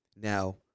Now